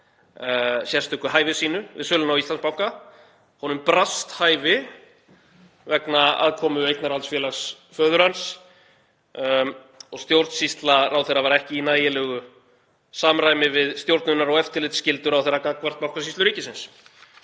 sérstöku hæfi sínu við söluna á Íslandsbanka. Honum brast hæfi vegna aðkomu eignarhaldsfélags föður hans og stjórnsýsla ráðherra var ekki í nægilegu samræmi við stjórnunar- og eftirlitsskyldur ráðherra gagnvart Bankasýslu ríkisins.